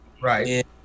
right